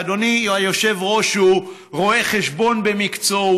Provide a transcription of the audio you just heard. ואדוני היושב-ראש הוא רואה חשבון במקצועו,